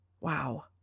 wow